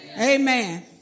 Amen